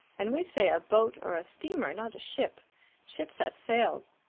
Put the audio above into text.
and we say a boat or a steamer not a ship ships have sails.